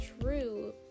true